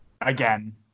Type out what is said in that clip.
again